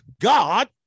God